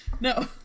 No